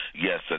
Yes